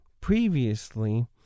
previously